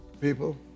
people